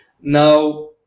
now